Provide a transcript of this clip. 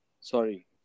Sorry